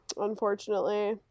unfortunately